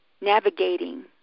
navigating